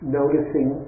noticing